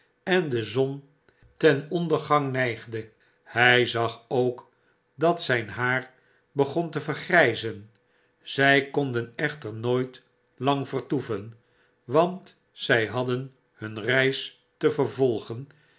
en de zon ten ondergang neigde hy zag ook dat zyn haar begon te vergryzen zy konden echter nooit lang vertoeven want zy hadden hun reis te vervolgen